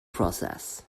process